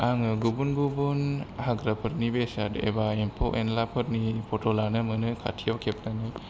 आङो गुबुन गुबुन हाग्राफोरनि बेसाद एबा एम्फौ एनला फोरनि फट' लानो मोनो खाथियाव खेबनानै